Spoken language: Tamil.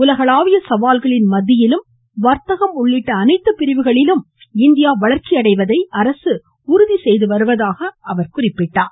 உலகளாவிய சவால்களின் மத்தியிலும் வர்த்தகம் உள்ளிட்ட அனைத்து பிரிவுகளிலும் இந்தியா வளர்ச்சியடைவதை அரசு உறுதி செய்யும் என்றார்